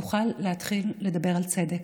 נוכל להתחיל לדבר על צדק.